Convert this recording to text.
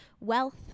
wealth